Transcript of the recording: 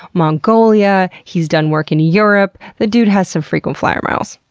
mongolia, he's done work in europe. the dude has some frequent flier miles.